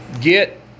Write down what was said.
Get